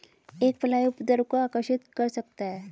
एक फ्लाई उपद्रव को आकर्षित कर सकता है?